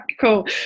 cool